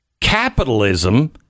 Capitalism